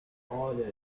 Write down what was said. orders